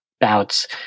bouts